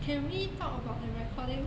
can we talk about the recording